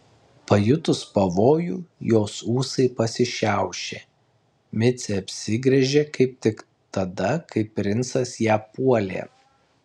pajutus pavojų jos ūsai pasišiaušė micė apsigręžė kaip tik tada kai princas ją puolė